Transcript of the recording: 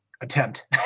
Attempt